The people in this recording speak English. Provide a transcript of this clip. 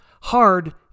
Hard